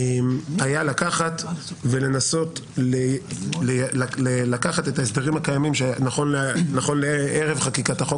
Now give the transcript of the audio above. היה לנסות לקחת את ההסדרים הקיימים שנכון לערב חקיקת החוק